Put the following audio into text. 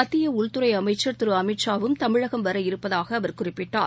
மத்திய உள்துறை அமைச்சர் திரு அமித் ஷாவும் தமிழகம் வர இருப்பதாக அவர் குறிப்பிட்டார்